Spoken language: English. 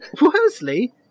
Worsley